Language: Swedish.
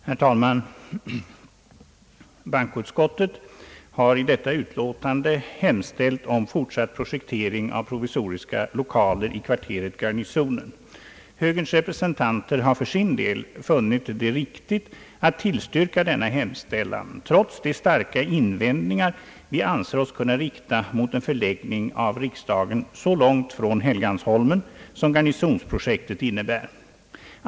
Herr talman! Bankoutskottet har i detta utlåtande hemställt om fortsatt projektering av provisoriska lokaler i kvarteret Garnisonen. Högerns representanter har för sin del funnit det riktigt att tillstyrka denna hemställan, trots de starka invändningar vi anser oss kunna rikta mot en förläggning av riksdagen så långt från Helgeandsholmen som Garnisons-projektet innebär.